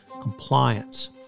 compliance